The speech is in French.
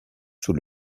sous